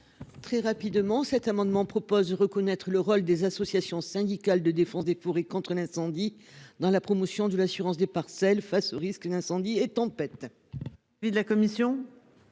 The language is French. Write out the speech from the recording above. Très rapidement cet amendement propose reconnaître le rôle des associations syndicales de défense des pour et contre un incendie dans la promotion de l'assurance des parcelles face aux risques d'incendie et de tempête.